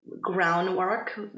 groundwork